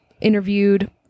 interviewed